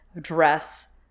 dress